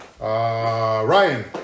Ryan